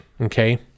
okay